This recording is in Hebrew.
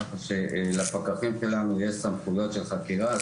כך שלפקחים שלנו יש סמכויות של חקירה,